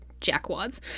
jackwads